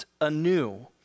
anew